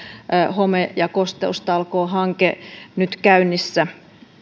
home ja kosteustalkoohanke nyt käynnissä